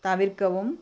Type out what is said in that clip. தவிர்க்கவும்